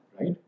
Right